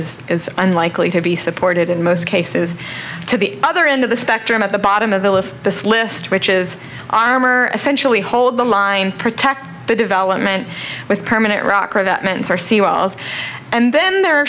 is unlikely to be supported in most cases to the other end of the spectrum at the bottom of the list this list which is armor essentially hold the line protect the development with permanent rock